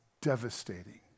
Devastating